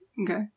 Okay